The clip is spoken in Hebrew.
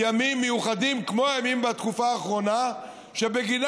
מסובכים, ולקבוע את הכללים